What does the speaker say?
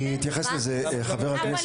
אני אתייחס לזה, חה"כ ברקת.